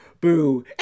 boo